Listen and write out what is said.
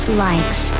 likes